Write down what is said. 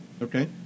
Okay